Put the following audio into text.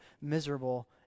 miserable